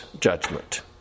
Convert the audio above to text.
judgment